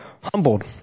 humbled